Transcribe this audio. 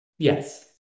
Yes